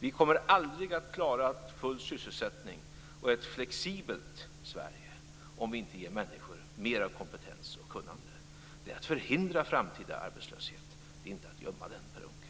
Vi kommer aldrig att klara full sysselsättning och ett flexibelt Sverige om vi inte ger människor mer av kompetens och kunnande. Det är att förhindra framtida arbetslöshet, inte att gömma den, Per Unckel.